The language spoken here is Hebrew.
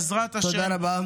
בעזרת השם -- תודה רבה.